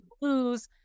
blues